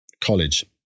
college